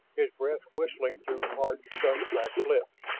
his breath whistling through parched, sun-cracked lips.